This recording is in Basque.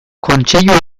kontseilu